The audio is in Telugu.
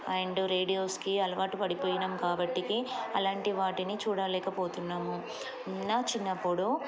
అండ్ రేడియోస్కి అలవాటు పడిపోయినాం కాబట్టిక అలాంటి వాటిని చూడాలేకపోతున్నాము నా చిన్నప్పుడు